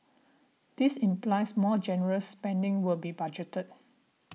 this implies more generous spending will be budgeted